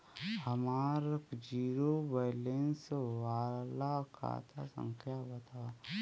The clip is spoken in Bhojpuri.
हमार जीरो बैलेस वाला खाता संख्या वतावा?